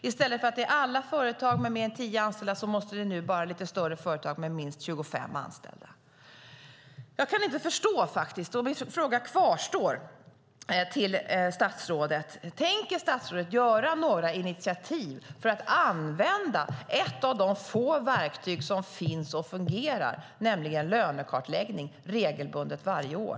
I stället för att gälla alla företag med fler än 10 anställda måste nu bara lite större företag med minst 25 anställda göra det. Jag kan inte förstå det, och min fråga till statsrådet kvarstår: Tänker statsrådet ta några initiativ för att använda ett av de få verktyg som finns och fungerar, nämligen lönekartläggning, regelbundet varje år?